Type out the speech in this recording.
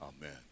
amen